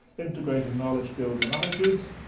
integrating knowledge skills and attitudes,